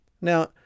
Now